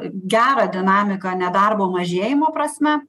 gerą dinamiką nedarbo mažėjimo prasme